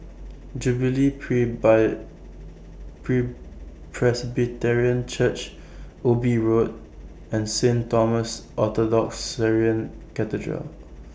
Jubilee Presbyterian Church Ubi Road and Saint Thomas Orthodox Syrian Cathedral